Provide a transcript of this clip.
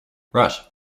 right